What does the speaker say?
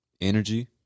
energy